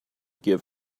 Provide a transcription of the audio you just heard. give